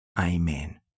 Amen